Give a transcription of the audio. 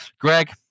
Greg